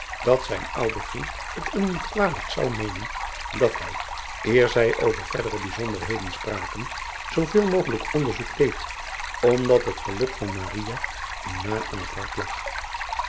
dat zijn oude vriend het hem niet kwalijk zou nemen dat hij eer zij over verdere bijzonderheden spraken zooveel mogelijk onderzoek deed omdat het geluk van hem na aan het hart lag